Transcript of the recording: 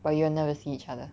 but you all never see each other